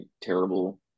terrible